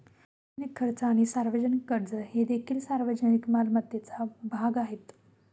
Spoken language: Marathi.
सार्वजनिक खर्च आणि सार्वजनिक कर्ज हे देखील सार्वजनिक मालमत्तेचा भाग आहेत